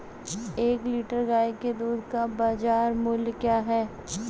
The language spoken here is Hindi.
एक लीटर गाय के दूध का बाज़ार मूल्य क्या है?